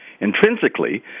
intrinsically